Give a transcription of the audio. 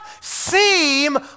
seem